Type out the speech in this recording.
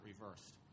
reversed